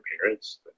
parents